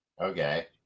Okay